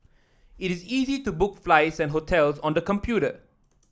it is easy to book flights and hotels on the computer